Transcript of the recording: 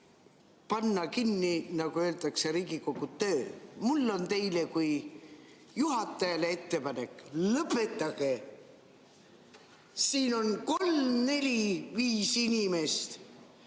panna kinni, nagu öeldakse, Riigikogu töö, on mul teile kui juhatajale ettepanek: lõpetage! Siin on kolm, neli või viis inimest,